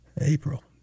april